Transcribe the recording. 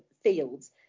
fields